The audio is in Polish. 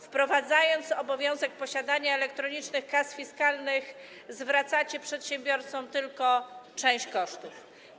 Wprowadzając obowiązek posiadania elektronicznych kas fiskalnych, zwracacie przedsiębiorcom tylko część kosztów.